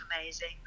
amazing